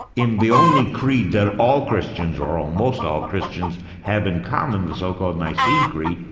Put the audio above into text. in the only creed that all christians or almost all christians have in common, the so-called nicene creed,